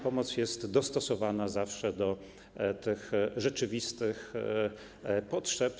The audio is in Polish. Pomoc jest dostosowana zawsze do rzeczywistych potrzeb.